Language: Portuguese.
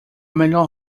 melhor